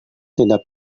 tidak